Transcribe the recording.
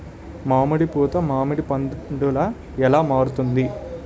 మామిడి పూత మామిడి పందుల ఎలా మారుతుంది?